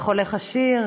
איך הולך השיר?